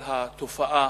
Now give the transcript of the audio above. על התופעה,